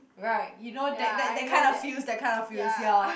right you know that that that kind of feels that kind of feels ya